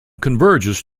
converges